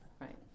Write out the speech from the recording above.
Right